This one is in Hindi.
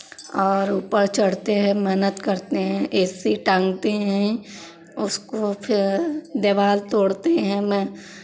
और ऊपर चढ़ते हैं मेहनत करते हैं ए सी टांगते हैं उसको फिर दीवार तोड़ते हैं मैं